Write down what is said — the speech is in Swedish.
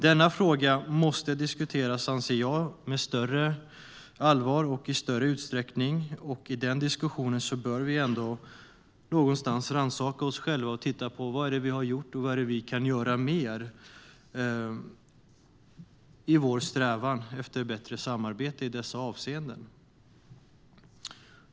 Denna fråga anser jag måste diskuteras med större allvar och i större utsträckning, och i den diskussionen bör vi någonstans rannsaka oss själva och titta på vad vi har gjort samt vad vi kan göra mer i vår strävan efter bättre samarbete i dessa avseenden.